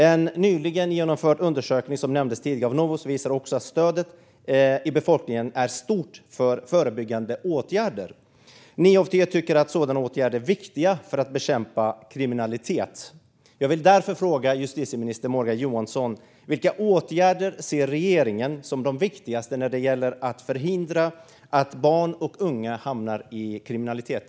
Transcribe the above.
En nyligen genomförd undersökning av Novus, som nämndes tidigare, visar att stödet i befolkningen är stort för förebyggande åtgärder. Nio av tio tycker att sådana åtgärder är viktiga för att bekämpa kriminalitet. Jag vill därför fråga justitieminister Morgan Johansson: Vilka åtgärder ser regeringen som de viktigaste när det gäller att förhindra att barn och unga hamnar i kriminalitet?